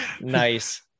Nice